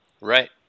Right